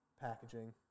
packaging